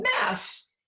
mess